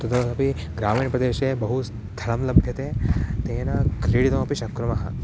तदापि ग्रामीणप्रदेशे बहु स्थलं लभ्यते तेन क्रीडितुमपि शक्नुमः